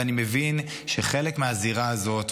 ואני מבין שחלק מהזירה הזאת,